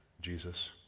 Jesus